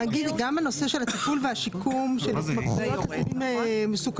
גם הנושא של הטיפול והשיקום של התמכרויות לסמים מסוכנים,